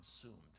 consumed